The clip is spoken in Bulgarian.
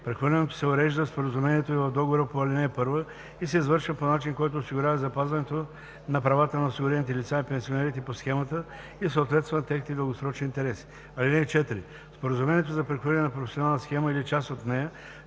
Прехвърлянето се урежда в споразумението и в договора по ал. 1 и се извършва по начин, който осигурява запазването на правата на осигурените лица и пенсионерите по схемата и съответства на техните дългосрочни интереси. (4) В споразумението за прехвърляне на професионална схема или част от нея